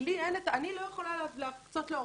אני לא יכולה להקצות לו עו"ד.